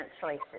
choices